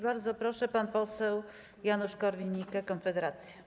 Bardzo proszę, pan poseł Janusz Korwin-Mikke, Konfederacja.